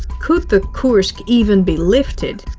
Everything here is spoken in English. could the kursk even be lifted?